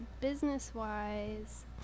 business-wise